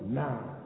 now